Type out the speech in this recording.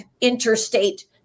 interstate